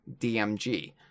DMG